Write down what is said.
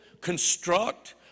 construct